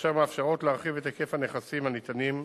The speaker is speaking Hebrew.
ואשר מאפשרות להרחיב את היקף הנכסים הניתנים,